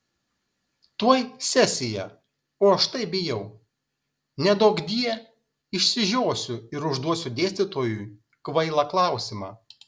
tuoj sesija o aš taip bijau neduokdie išsižiosiu ir užduosiu dėstytojui kvailą klausimą